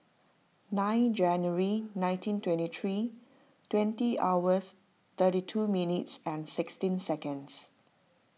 nine January nineteen twenty three twenty hours thirty two minutes and sixteen seconds